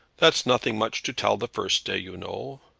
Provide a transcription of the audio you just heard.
that's nothing much to tell the first day, you know.